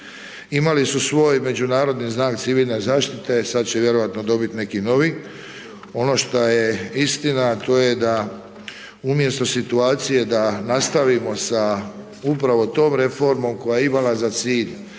Imali su svoj međunarodni znak civilne zaštite, sad će vjerojatno dobiti neki novi. Ono šta je istina, a to je da umjesto situacije da nastavimo sa upravo tom reformom koja je imala za cilj